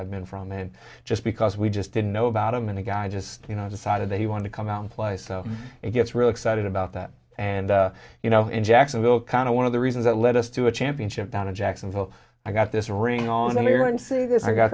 i've been from and just because we just didn't know about him and a guy just you know decided they want to come out and slice it gets really excited about that and you know in jacksonville kind of one of the reasons that led us to a championship down to jacksonville i got this ring on there and say this i got